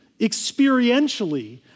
Experientially